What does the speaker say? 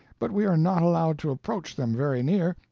but we are not allowed to approach them very near,